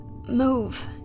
Move